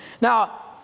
now